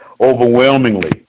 overwhelmingly